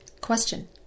Question